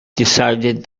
decided